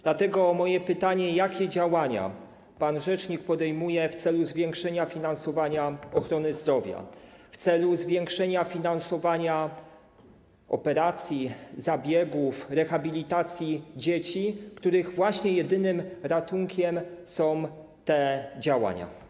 Dlatego moje pytanie: Jakie działania pan rzecznik podejmuje w celu zwiększenia finansowania ochrony zdrowia, w celu zwiększenia finansowania operacji, zabiegów, rehabilitacji dzieci, dla których jedynym ratunkiem są właśnie te działania?